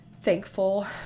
thankful